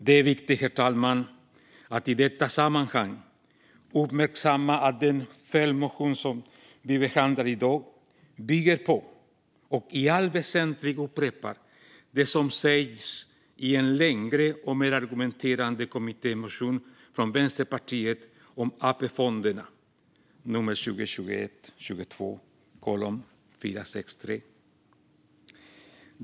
Det är viktigt, herr talman, att i detta sammanhang uppmärksamma att den följdmotion som vi behandlar i dag bygger på och i allt väsentligt upprepar det som sägs i en längre och mer argumenterande kommittémotion från Vänsterpartiet om AP-fonderna - motion 2021/22:463.